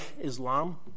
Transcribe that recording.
Islam